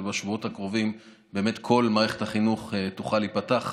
ובשבועות הקרובים כל מערכת החינוך תוכל להיפתח,